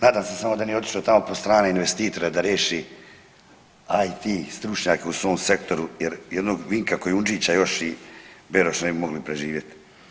Nadam se samo da nije otišao tamo po strane investitore da riješi IT stručnjake u svom sektoru, jer jednog Vinka Kujundžića i Beroša ne bi mogli preživjeti.